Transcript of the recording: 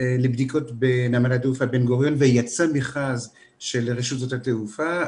לבדיקות בנמל התעופה בן גוריון ויצא מכרז של רשות שדות התעופה,